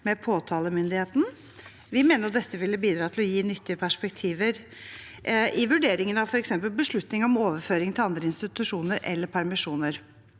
Vi mener at dette ville bidratt til å gi nyttige perspektiver i vurderingen av f.eks. beslutning om overføring til andre institusjoner eller om permisjoner.